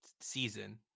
season